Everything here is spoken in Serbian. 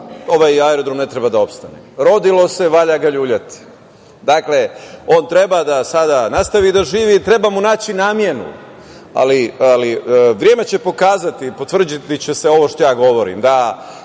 ovaj aerodrom ne treba da opstane, rodilo se, valja ga ljuljati. Dakle, on sada treba da nastavi da živi, treba mu naći namenu, ali vreme će pokazati, potvrdi će se ovo što ja govorim,